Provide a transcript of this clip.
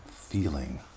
feeling